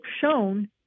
shown